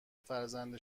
فرزند